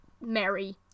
Mary